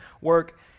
work